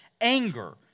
anger